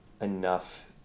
enough